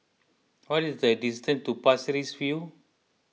what is the distance to Pasir Ris View